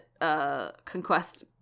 conquest